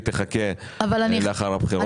היא תחכה לאחר הבחירות.